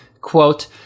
quote